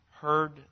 heard